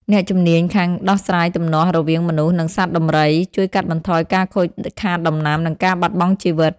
អ្នកជំនាញខាងដោះស្រាយទំនាស់រវាងមនុស្ស និងសត្វដំរី ជួយកាត់បន្ថយការខូចខាតដំណាំ និងការបាត់បង់ជីវិត។